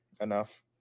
enough